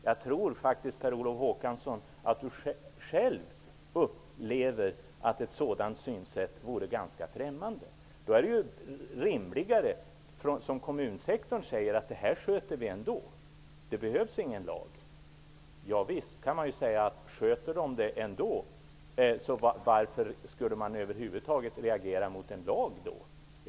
Jag tror faktiskt att Per Olof Håkansson själv upplever att ett sådant synsätt är ganska främmande. Det är rimligare att säga som man säger från kommunsektorns sida: Det här sköter vi ändå. Det behövs ingen lag. Då kan man ställa sig frågan: Varför skall man över huvud taget reagera mot en lag, om kommunerna ändå sköter detta?